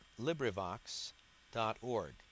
LibriVox.org